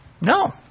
No